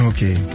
Okay